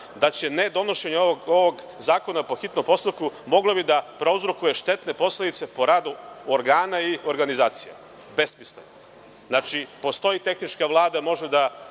da će ne donošenje ovog zakona po hitnom postupku moglo bi da prouzrokuje štetne posledice po rad organa i organizacija. Besmisleno. Postoji tehnička Vlada i može da